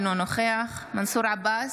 אינו נוכח מנסור עבאס,